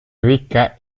ricca